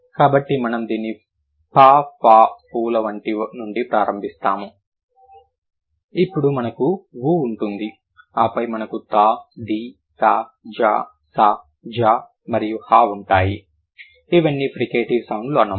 కాబట్టి మనం దీన్ని ఫ ఫ ఫూ ల నుండి ప్రారంభిస్తాము ఇపుడు మనకు వు ఉంటుంది ఆపై మనకు థ ది స జ ష ఝ మరియు హ ఉంటాయి ఇవన్నీ ఫ్రికేటివ్ సౌండ్లు అన్నమాట